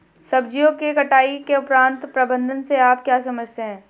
सब्जियों के कटाई उपरांत प्रबंधन से आप क्या समझते हैं?